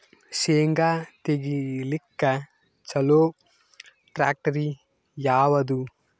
ಶೇಂಗಾ ತೆಗಿಲಿಕ್ಕ ಚಲೋ ಟ್ಯಾಕ್ಟರಿ ಯಾವಾದು?